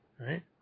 Right